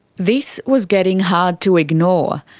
this was getting hard to ignore.